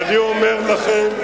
ואני אומר לכם,